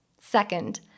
Second